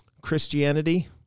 Christianity